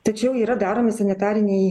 tačiau yra daromi sanitariniai